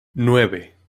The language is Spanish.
nueve